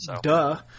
Duh